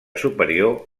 superior